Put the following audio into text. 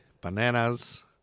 Bananas